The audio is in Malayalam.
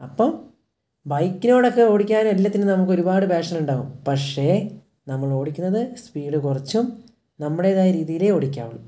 അപ്പം ബൈക്കിനോടൊക്കെ ഓടിക്കാനും എല്ലാത്തിനും നമുക്കൊരുപാട് പാഷനുണ്ടാവും പക്ഷേ നമ്മളോടിക്കുന്നത് സ്പീഡ് കുറച്ചും നമ്മുടേതായ രീതിയിലേ ഓടിക്കാവുള്ളൂ